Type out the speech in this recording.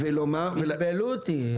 בלבלו אותי,